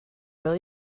will